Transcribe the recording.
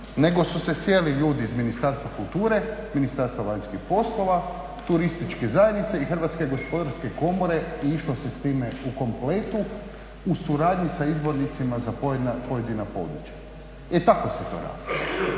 nego su se sjeli ljudi iz Ministarstva kulture, Ministarstva vanjskih poslova, turističke zajednice i Hrvatske gospodarske komore i išlo s time u kompletu u suradnji s izbornicima za pojedina područja. E tako se to radi